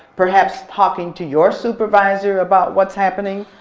perhaps talking to your supervisor about what's happening,